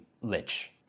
lich